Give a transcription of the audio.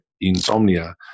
insomnia